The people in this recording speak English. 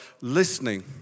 listening